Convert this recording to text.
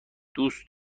دوست